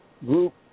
Group